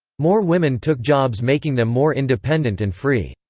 more women took jobs making them more independent and free.